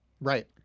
Right